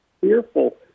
fearful